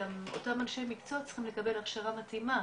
גם אותם אנשי מקצוע צריכים לקבל הכשרה מתאימה.